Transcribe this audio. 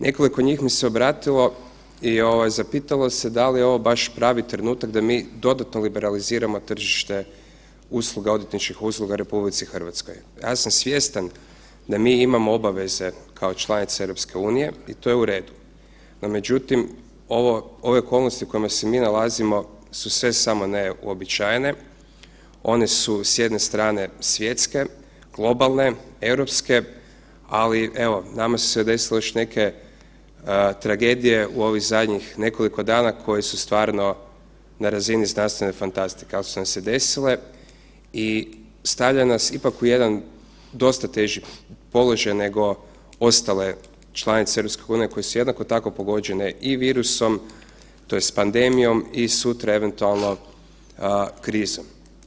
Nekoliko njih mi se obratilo i zapitalo se da li je ovo vaš pravi trenutak da mi dodatno liberaliziramo tržište odvjetničkih usluga u RH. ja sam svjestan da mi imamo obaveze kao članica EU i to je uredu, no međutim ove okolnosti u kojima se mi nalazimo su sve samo ne uobičajene, one su s jedne strane svjetske, globalne, europske, ali nama su se desile još neke tragedije u ovih zadnjih nekoliko dana koje su stvarno na razini znanstvene fantastike, ali su nam se desile i stavlja nas ipak u jedan dosta teži položaj nego ostale članice EU koje su jednako tako pogođene i virusom tj. pandemijom i sutra eventualno krizom.